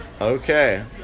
Okay